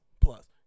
plus